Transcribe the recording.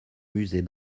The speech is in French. musées